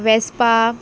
Vespa